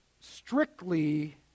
strictly